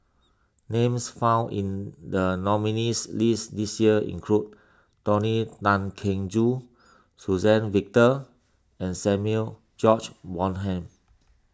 names found in the nominees' list this year include Tony Tan Keng Joo Suzann Victor and Samuel George Bonham